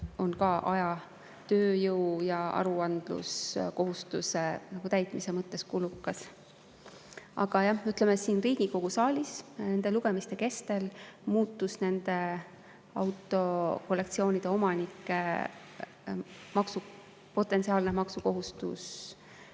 on ka aja, tööjõu ja aruandluskohustuse täitmise mõttes kulukas. Aga jah, siin Riigikogu saalis nende lugemiste kestel muutus autokollektsioonide omanike potentsiaalne maksukohustus,